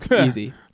Easy